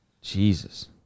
jesus